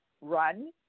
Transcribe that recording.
run